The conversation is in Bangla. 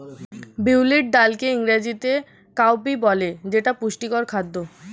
বিউলির ডালকে ইংরেজিতে কাউপি বলে যেটা পুষ্টিকর খাদ্য